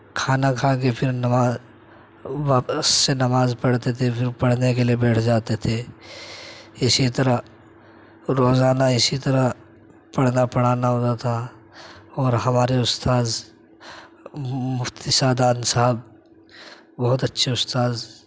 کھانا کھا کے پھر نماز واپس سے نماز پڑھتے تھے پھر پڑھنے کے لئے بیٹھ جاتے تھے اِسی طرح روزانہ اِسی طرح پڑھنا پڑھانا ہوتا تھا اور ہمارے استاد مفتی سعدان صاحب بہت اچھے استاد